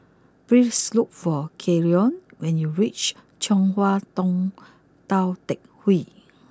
please look for Keion when you reach Chong Hua Tong Tou Teck Hwee